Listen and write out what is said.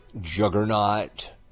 juggernaut